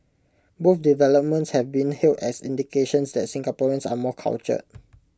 both developments have been hailed as indications that Singaporeans are more cultured